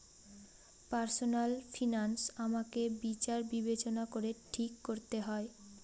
personal finance আমাকে বিচার বিবেচনা করে ঠিক করতে হয়